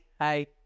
Hi